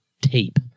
tape